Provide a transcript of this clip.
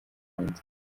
buhinzi